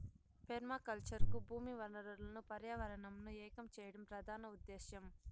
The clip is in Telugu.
పెర్మాకల్చర్ కు భూమి వనరులను పర్యావరణంను ఏకం చేయడం ప్రధాన ఉదేశ్యం